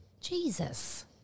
Jesus